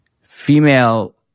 female